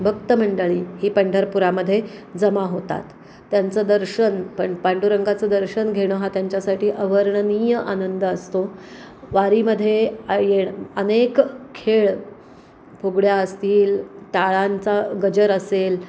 भक्तमंडळी ही पंढरपूरामध्ये जमा होतात त्यांचं दर्शन पण पांडुरंगाचं दर्शन घेणं हा त्यांच्यासाठी अवर्णनीय आनंद असतो वारीमध्ये आ येणं अनेक खेळ फुगड्या असतील टाळांचा गजर असेल